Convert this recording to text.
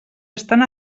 estan